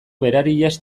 berariaz